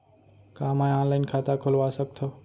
का मैं ऑनलाइन खाता खोलवा सकथव?